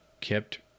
kept